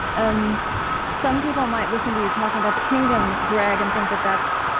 um some people might listen to you talking about the kingdom, greg, and think that that's